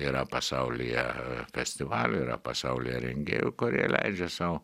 yra pasaulyje festivalių yra pasaulyje rengėjų kurie leidžia sau